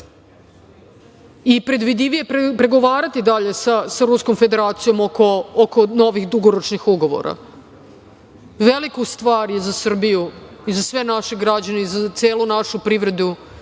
i predvidivije pregovarati dalje sa Ruskom Federacijom oko novih dugoročnih ugovora. Veliku stvar je za Srbiju i za sve naše građane i za celu našu privredu